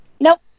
Nope